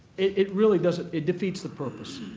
it really doesn't it defeats the purpose.